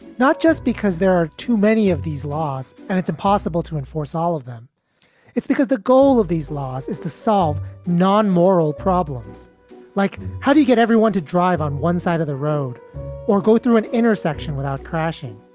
not just because there are too many of these laws and it's impossible to enforce all of them it's because the goal of these laws is to solve non-moral problems like how do you get everyone to drive on one side of the road or go through an intersection without crashing?